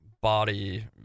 body